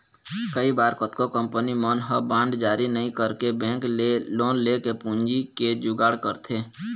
कई बार कतको कंपनी मन ह बांड जारी नइ करके बेंक ले लोन लेके पूंजी के जुगाड़ करथे